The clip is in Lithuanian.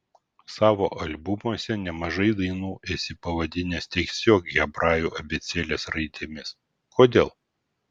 savo albumuose nemažai dainų esi pavadinęs tiesiog hebrajų abėcėlės raidėmis kodėl